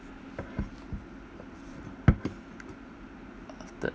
after